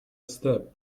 step